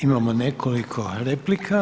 Imamo nekoliko replika.